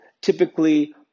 typically